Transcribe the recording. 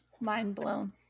mind-blown